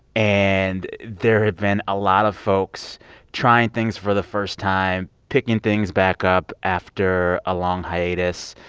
and there have been a lot of folks trying things for the first time, picking things back up after a long hiatus.